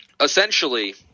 essentially